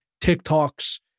TikToks